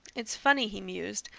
it's funny, he mused,